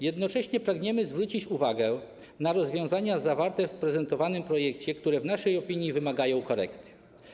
Jednocześnie pragniemy zwrócić uwagę na rozwiązania zawarte w prezentowanym projekcie, które naszym zdaniem wymagają korekty.